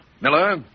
Miller